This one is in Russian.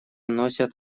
носят